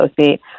associate